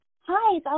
Hi